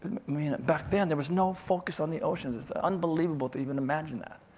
mean, back then, there was no focus on the oceans. it's unbelievable to even imagine that,